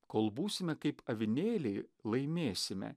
kol būsime kaip avinėliai laimėsime